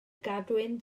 gadwyn